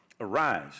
arise